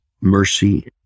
mercy